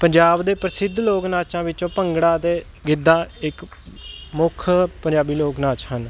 ਪੰਜਾਬ ਦੇ ਪ੍ਰਸਿੱਧ ਲੋਕ ਨਾਚਾਂ ਵਿੱਚੋਂ ਭੰਗੜਾ ਅਤੇ ਗਿੱਧਾ ਇਕ ਮੁੱਖ ਪੰਜਾਬੀ ਲੋਕ ਨਾਚ ਹਨ